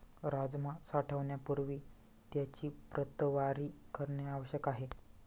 राजमा साठवण्यापूर्वी त्याची प्रतवारी करणे आवश्यक आहे